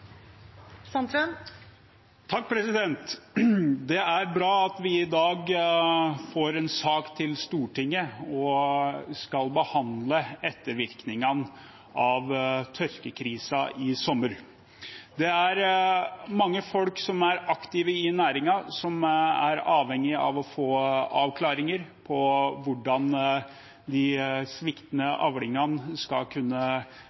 bra at vi i dag får en sak til behandling i Stortinget om ettervirkningene av tørkekrisen i sommer. Det er mange folk som er aktive i næringen som er avhengig av å få avklaringer på hvordan de sviktende avlingene skal kunne